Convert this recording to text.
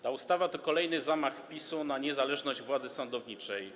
Ta ustawa to kolejny zamach PiS-u na niezależność władzy sądowniczej.